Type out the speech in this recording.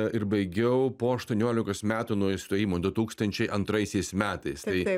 ir baigiau po aštuoniolikos metų nuo įstojimo du tūkstančiai antraisiais metais tai